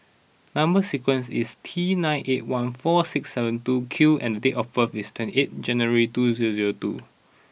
number sequence is T nine eight one four six seven two Q and date of birth is twenty eight January two zero zero eight